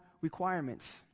requirements